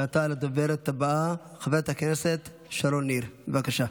עתה הדוברת הבאה, חברת הכנסת שרון ניר, בבקשה.